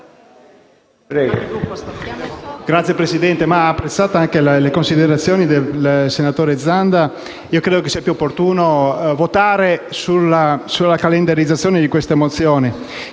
Signor Presidente, apprezzate anche le considerazioni del senatore Zanda, io credo che sia più opportuno votare sulla calendarizzazione di queste mozioni